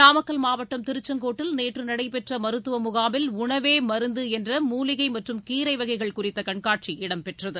நாமக்கல் மாவட்டம் திருச்செங்கோட்டில் நேற்று நடைபெற்ற மருத்துவ முகாமில் உணவே மருந்து என்ற மூலிகை மற்றும் கீரை வகைகள் குறித்த கண்காட்சியும் இடம்பெற்றது